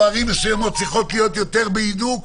ערים מסוימות צריכות להיות בסגר יותר מהודק,